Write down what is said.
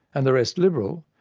and the rest liberal,